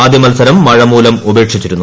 ആദ്യ മത്സരം മഴമൂലം ഉപേക്ഷിച്ചിരുന്നു